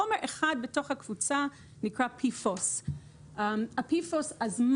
חומר אחד בתוך הקבוצה נקרא PFOS. זמן